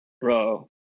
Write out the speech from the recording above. Bro